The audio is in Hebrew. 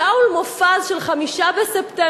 שאול מופז של 5 בספטמבר,